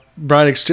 Brian